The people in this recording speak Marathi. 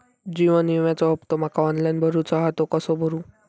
जीवन विम्याचो हफ्तो माका ऑनलाइन भरूचो हा तो कसो भरू?